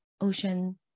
ocean